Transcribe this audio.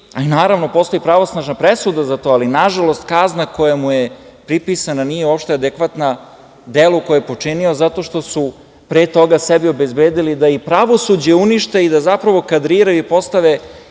a postoji i pravosnažna presuda za to, ali kazna koja mu je pripisana nije uopšte adekvatna delu koji je počinio zato što su pre toga sebi obezbedili da i pravosuđe unište i da zapravo kadriraju i postave